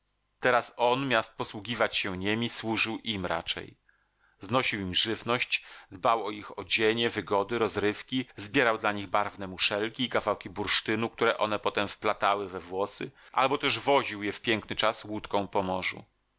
teraz on miast posługiwać się niemi służył im raczej znosił im żywność dbał o ich odzienie wygody rozrywki zbierał dla nich barwne muszelki i kawałki bursztynu które one potem wplatały we włosy albo też woził je w piękny czas łódką